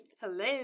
Hello